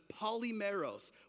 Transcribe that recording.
polymeros